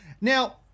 Now